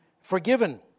forgiven